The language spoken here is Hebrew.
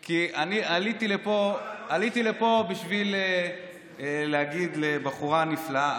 כי עליתי לפה בשביל לדבר על בחורה נפלאה,